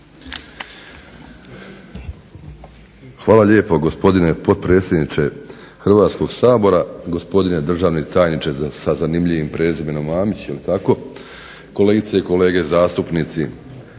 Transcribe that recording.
Hvala lijepo, gospodine potpredsjedniče Hrvatskoga sabora. Gospodine državni tajniče sa zanimljivim prezimenom Mamić, je li tako. Kolegice i kolege zastupnici.